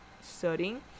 studying